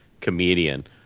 comedian